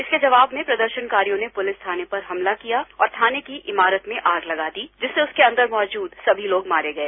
इसके जवाब में प्रदर्शनकारियों ने पुलिस थाने पर हमला किया और थाने की इमारत में आग लगा दी जिससे उसके अंदर मौजूद समी लोग मारे गए